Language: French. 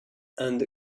and